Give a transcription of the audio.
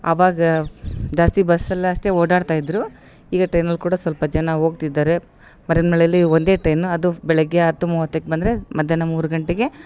ಆವಾಗ ಜಾಸ್ತಿ ಬಸ್ಸಲ್ಲಷ್ಟೇ ಓಡಾಡ್ತ ಇದ್ರು ಈಗ ಟ್ರೈನಲ್ಲಿ ಕೂಡ ಸ್ವಲ್ಪ ಜನ ಹೋಗ್ತಿದ್ದಾರೆ ಮರೆಯಮ್ನಳ್ಳಿಲ್ಲಿ ಒಂದೇ ಟ್ರೈನು ಅದು ಬೆಳಗ್ಗೆ ಹತ್ತು ಮುವತ್ತಕ್ಕೆ ಬಂದರೆ ಮಧ್ಯಾಹ್ನ ಮೂರು ಗಂಟೆಗೆ